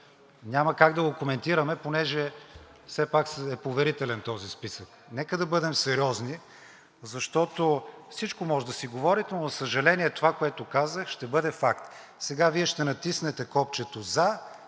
Няма как да го коментираме, понеже все пак е поверителен този списък. Нека да бъдем сериозни, защото всичко можете да си говорите, но за съжаление, това, което казах, ще бъде факт. Сега Вие ще натиснете копчето за